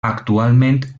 actualment